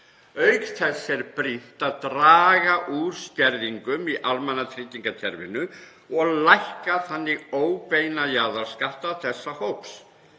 Auk þess er brýnt að draga úr skerðingum í almannatryggingakerfinu og lækka þannig óbeina jaðarskatta þessa hóps